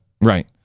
Right